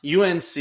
UNC